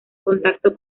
contacto